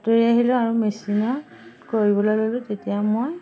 আঁতৰি আহিলোঁ আৰু মেচিনত কৰিবলৈ ল'লোঁ তেতিয়া মই